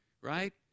right